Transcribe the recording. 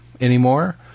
anymore